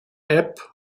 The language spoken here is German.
app